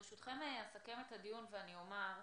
ברשותכם אני אסכם את הדיון ואני אומר,